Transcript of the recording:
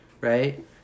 right